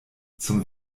zum